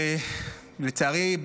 ולצערי,